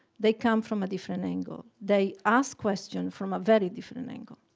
they come from a different angle. they ask question from a very different and angle.